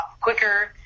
quicker